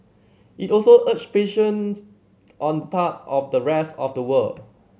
it also urged patience on the part of the rest of the world